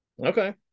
okay